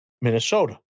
Minnesota